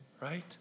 Right